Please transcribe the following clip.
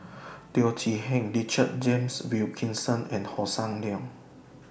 Teo Chee Hean Richard James Wilkinson and Hossan Leong